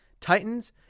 Titans